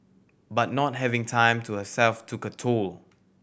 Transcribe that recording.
but not having time to herself took a toll